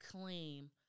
claim